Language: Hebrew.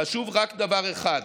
חשוב רק דבר אחד: